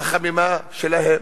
החמימה שלהם.